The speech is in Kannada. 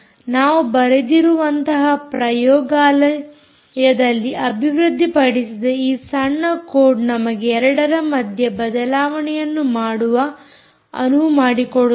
ನಾವು ಬರೆದಿರುವಂತಹ ಪ್ರಯೋಗಾಲಯದಲ್ಲಿ ಅಭಿವೃದ್ದಿ ಪಡಿಸಿದ ಈ ಸಣ್ಣ ಕೋಡ್ ನಮಗೆ ಎರಡರ ಮಧ್ಯೆ ಬದಲಾವಣೆಯನ್ನು ಮಾಡಲು ಅನುವು ಮಾಡಿ ಕೊಡುತ್ತದೆ